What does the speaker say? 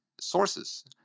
Sources